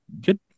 good